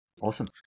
Awesome